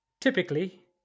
Typically